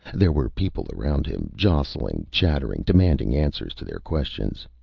there were people around him, jostling, chattering, demanding answers to their questions.